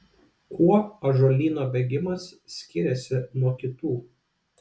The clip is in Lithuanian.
kuo ąžuolyno bėgimas skiriasi nuo kitų